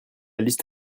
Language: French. liste